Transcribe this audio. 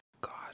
God